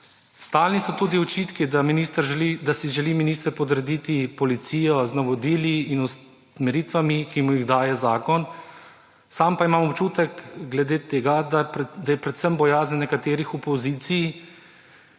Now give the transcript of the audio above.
Stalni so tudi očitki, da si želi minister podrediti policijo z navodili in usmeritvami, ki mu jih daje zakon. Sam pa imam občutek, da je predvsem bojazen nekaterih v opoziciji,